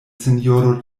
sinjoro